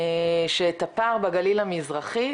שאת הפער בגלילי המזרחי,